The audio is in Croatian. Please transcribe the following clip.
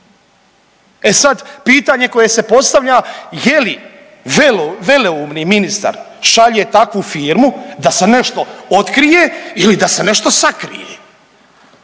E sad pitanje koje se postavlja je li veleumni ministar šalje takvu firmu da se nešto otkrije ili da se nešto sakrije.